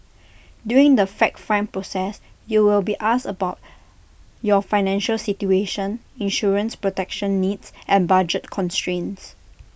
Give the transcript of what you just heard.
during the fact find process you will be asked about your financial situation insurance protection needs and budget constraints